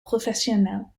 professionnels